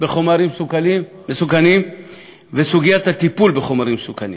חומרים מסוכנים וסוגיית הטיפול בחומרים מסוכנים,